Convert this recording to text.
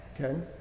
okay